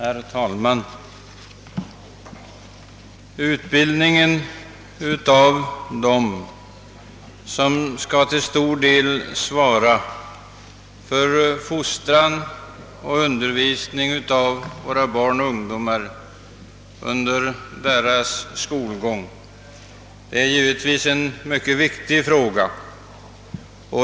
Herr talman! Utbildningen av dem som till stor del skall svara för fostran och undervisning av våra barn och ungdomar under skolgången är givetvis en mycket viktig fråga.